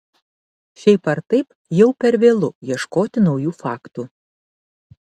šiaip ar taip jau per vėlu ieškoti naujų faktų